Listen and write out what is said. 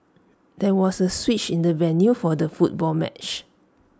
there was A switch in the venue for the football match